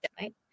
right